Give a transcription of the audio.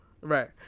Right